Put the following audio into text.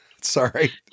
sorry